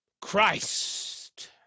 Christ